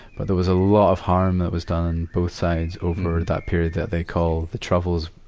but there was a lot of harm that was done on both sides over that period that they call the troubles,